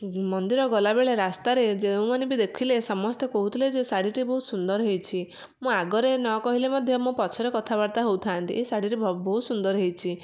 ମନ୍ଦିର ଗଲାବେଳେ ରାସ୍ତା ରେ ଯେଉଁମାନେ ବି ଦେଖିଲେ ସମସ୍ତେ କହୁଥିଲେ ଯେ ଶାଢ଼ୀଟି ବହୁତ ସୁନ୍ଦର ହେଇଛି ମୁଁ ଆଗରେ ନ କହିଲେ ମଧ୍ୟ ମୋ ପଛରେ କଥାବାର୍ତ୍ତା ହଉଥାଆନ୍ତି ଏ ଶାଢ଼ୀ ରେ ଭ ବହୁତ ସୁନ୍ଦର ହେଇଛି